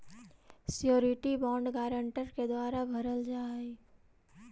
surety bond guarantor के द्वारा भरल जा हइ